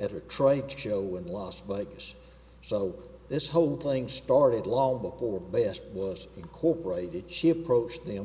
at a trade show in las vegas so this whole thing started long before best was incorporated she approached them